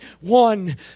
One